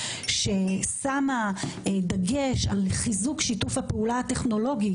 ששמה דגש על חיזוק שיתוף הפעולה הטכנולוגי